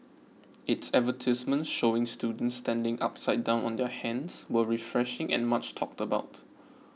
its advertisements showing students standing upside down on their hands were refreshing and much talked about